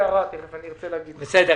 תודה.